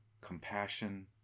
compassion